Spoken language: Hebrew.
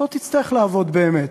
לא תצטרך לעבוד באמת.